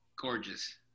Gorgeous